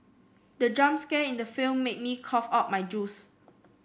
the jump scare in the film made me cough out my juice